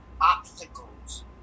obstacles